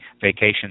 vacation